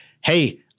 Hey